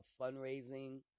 fundraising